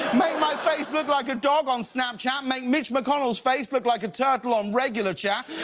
my face look like a dog on snapchat. make mitch mcconnell's face look like a turtle on regular chat.